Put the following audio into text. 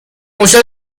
موشا